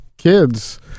Kids